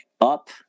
up